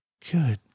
Good